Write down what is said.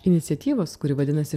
iniciatyvos kuri vadinasi